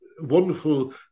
wonderful